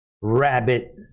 rabbit